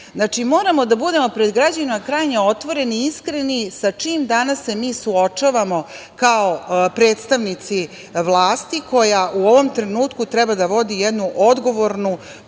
moramo da budemo pred građanima krajnje otvoreni i iskreni sa čim danas se mi suočavamo kao predstavnici vlasti koja u ovom trenutku treba da vodi jednu odgovornu politiku